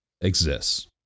exists